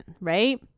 right